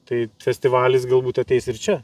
tai festivalis galbūt ateis ir čia